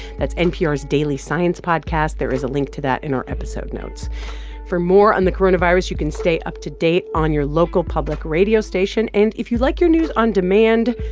that's npr's daily science podcast. there is a link to that in our episode notes for more on the coronavirus, you can stay up-to-date on your local public radio station. and if you like your news on demand,